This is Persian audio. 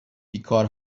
بیکار